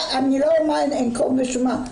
אני לא אנקוב בשמה,